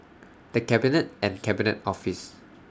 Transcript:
The Cabinet and Cabinet Office